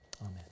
Amen